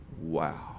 Wow